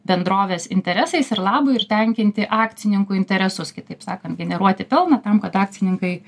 bendrovės interesais ir labui ir tenkinti akcininkų interesus kitaip sakant generuoti pelną tam kad akcininkai